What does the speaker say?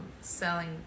selling